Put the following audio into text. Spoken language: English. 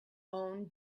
own